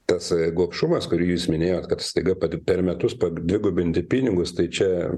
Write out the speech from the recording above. tas gobšumas kurį jūs minėjot kad staiga pad per metus padvigubinti pinigus tai čia